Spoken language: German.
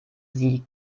sie